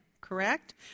Correct